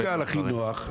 הכי קל, הכי נוח.